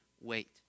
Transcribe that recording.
wait